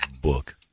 book